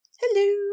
Hello